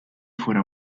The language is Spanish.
fuera